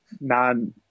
non